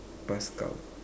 bus cow